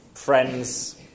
friends